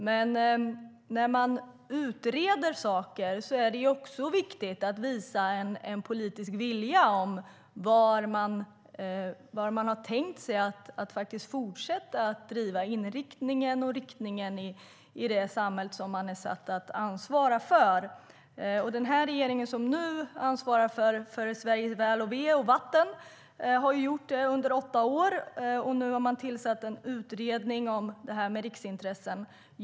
Men när man utreder saker är det viktigt att visa en politisk vilja om vad man har tänkt sig, vilken inriktning man har tänkt sig för det samhälle som man är satt att ansvara för. Den regering som nu ansvarar för Sveriges väl och ve och vatten har gjort det under åtta år. Nu har man tillsatt en utredning om detta med riksintressen.